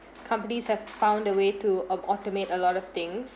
companies have found a way au~ automate a lot of things